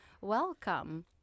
Welcome